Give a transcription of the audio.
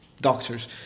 doctors